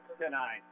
tonight